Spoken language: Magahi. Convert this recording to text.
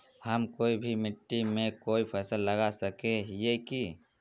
हम कोई भी मिट्टी में कोई फसल लगा सके हिये की?